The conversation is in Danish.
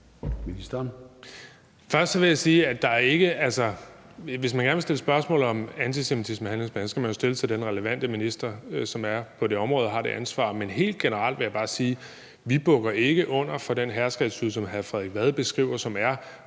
vil jeg jo sige, at man, hvis man gerne vil stille et spørgsmål om antisemitismehandlingsplanen, så skal stille det til den relevante minister, som er på det område, og som har det ansvar. Men helt generelt vil jeg bare sige, at vi ikke bukker under for den herskerattitude, som hr. Frederik Vad beskriver, og som